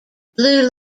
blue